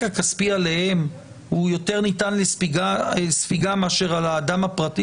הכספי עליהם יותר ניתן לספיגה מאשר על האדם הפרטי,